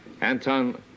Anton